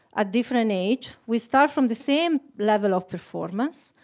at different age, we start from the same level of performance,